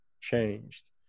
changed